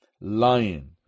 lion